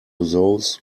those